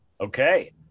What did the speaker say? okay